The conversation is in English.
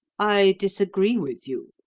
i disagree with you,